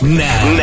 now